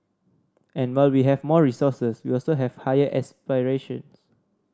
and while we have more resources we also have higher aspirations